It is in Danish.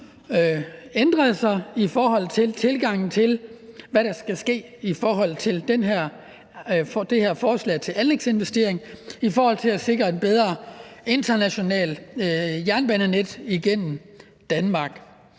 ændret sig i forhold til tilgangen til, hvad der skal ske med det her forslag til anlægsinvesteringer for at sikre et bedre internationalt jernbanenet igennem Danmark.